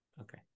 Okay